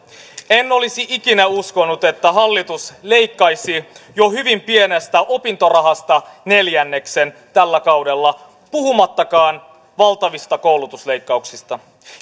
en olisi ikinä uskonut että hallitus leikkaisi jo hyvin pienestä opintorahasta neljänneksen tällä kaudella puhumattakaan valtavista koulutusleikkauksista